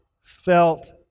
felt